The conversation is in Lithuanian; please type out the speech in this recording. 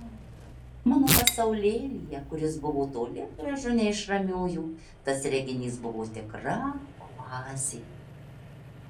mano pasaulėlyje kuris buvo toli gražu ne iš ramiųjų tas reginys buvo tikra oazė